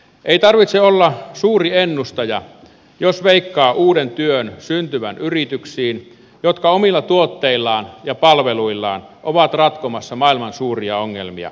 ei tarvitse olla suuri ennustaja jos veikkaa uuden työn syntyvän yrityksiin jotka omilla tuotteillaan ja palveluillaan ovat ratkomassa maailman suuria ongelmia